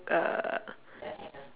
uh